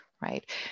Right